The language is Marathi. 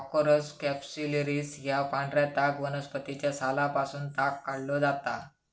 कॉर्कोरस कॅप्सुलरिस या पांढऱ्या ताग वनस्पतीच्या सालापासून ताग काढलो जाता